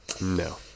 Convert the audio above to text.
No